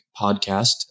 podcast